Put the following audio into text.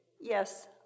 Yes